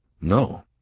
No